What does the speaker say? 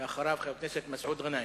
ומסעוד גנאים.